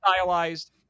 stylized